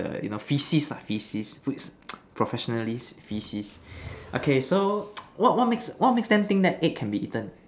the you know faeces faeces professionalist faeces okay so what what makes what makes them think that egg can be eaten